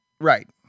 Right